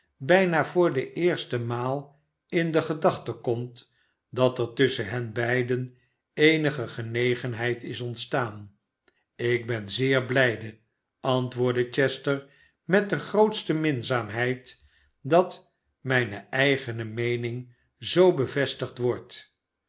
bijna voor de eerste maalin de gedachte komt dat er tusschen hen beiden eenige genegenheid is ontstaan ik ben zeer blijde antwoordde chester met de grootste minzaamheid dat mijne eigene meening zoo bevestigd wordt